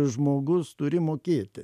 žmogus turi mokėti